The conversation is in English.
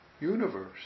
universe